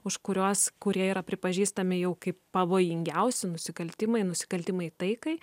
už kuriuos kurie yra pripažįstami jau kaip pavojingiausi nusikaltimai nusikaltimai taikai